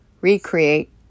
recreate